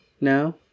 No